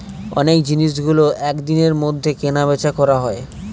অনেক জিনিসগুলো এক দিনের মধ্যে কেনা বেচা করা হয়